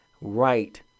right